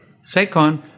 Second